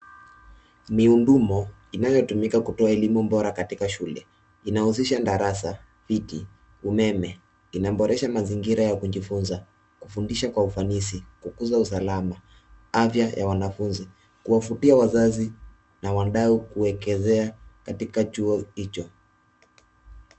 Miundumo inayotumika kutoa elimu bora katika shule. Inahusisha darasa, viti, umeme. Inaboresha mazingira ya kujifunza, kufundisha kwa ufanisi, kukuza usalama, afya ya wanafunzi, kuwavutia wazazi na wadau kuwekezea katika chuo hicho.